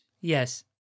Yes